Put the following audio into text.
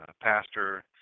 pastor